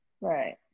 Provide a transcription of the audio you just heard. Right